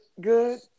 good